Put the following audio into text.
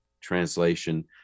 translation